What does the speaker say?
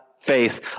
face